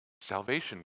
salvation